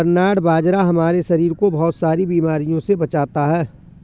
barnyard बाजरा हमारे शरीर को बहुत सारी बीमारियों से बचाता है